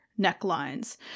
necklines